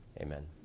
amen